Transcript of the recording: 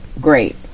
great